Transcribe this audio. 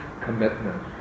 commitment